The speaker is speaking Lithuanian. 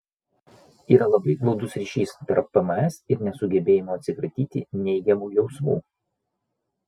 yra labai glaudus ryšys tarp pms ir nesugebėjimo atsikratyti neigiamų jausmų